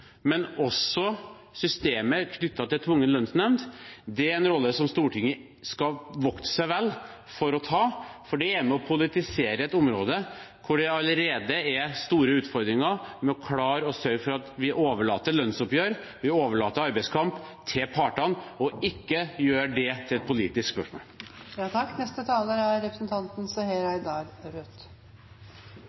også systemet knyttet til tvungen lønnsnemnd. Det er en rolle Stortinget skal vokte seg vel for å ta, for det er med på å politisere et område der det allerede er store utfordringer med å klare å sørge for at vi overlater lønnsoppgjør og arbeidskamp til partene og ikke gjør det til et politisk spørsmål.